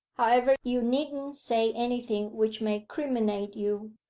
however, you needn't say anything which may criminate you.